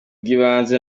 bw’ibanze